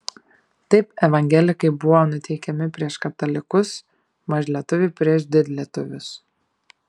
taip evangelikai buvo nuteikiami prieš katalikus mažlietuviai prieš didlietuvius